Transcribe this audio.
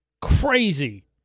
Crazy